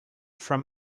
from